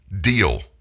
deal